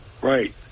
Right